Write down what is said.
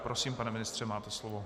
Prosím, pane ministře, máte slovo.